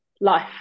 life